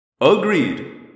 Agreed